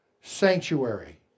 sanctuary